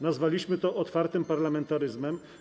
Nazwaliśmy ją otwartym parlamentaryzmem.